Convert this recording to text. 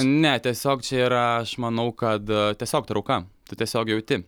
ne tiesiog čia yra aš manau kad tiesiog trauka tu tiesiog jauti